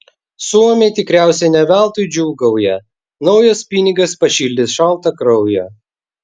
suomiai tikriausiai ne veltui džiūgauja naujas pinigas pašildys šaltą kraują